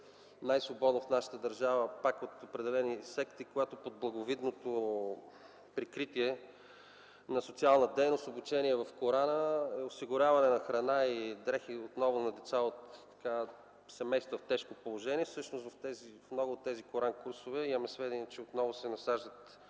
най-свободно в нашата държава от определени секти под благовидното прикритие на социална дейност, обучение в Корана, осигуряване на храна и дрехи – отново на деца от семейства в тежко положение. Имаме сведения, че в много от тези коран-курсове отново се насаждат